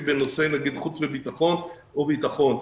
שלו בנושאים חוץ מביטחון או בנושא ביטחון.